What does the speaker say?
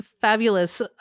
fabulous